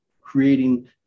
creating